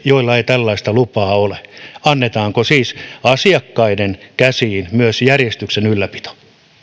joilla ei tällaista lupaa ole annetaanko siis asiakkaiden käsiin myös järjestyksen ylläpito